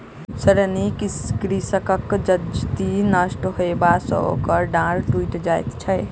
ऋणी कृषकक जजति नष्ट होयबा सॅ ओकर डाँड़ टुइट जाइत छै